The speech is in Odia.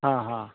ହଁ ହଁ